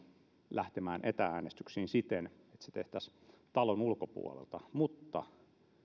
lähtemään etä äänestyksiin siten että se tehtäisiin talon ulkopuolelta mutta